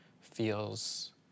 feels